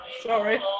Sorry